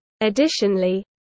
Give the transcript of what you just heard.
Additionally